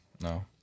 no